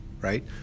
right